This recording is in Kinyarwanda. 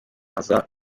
aza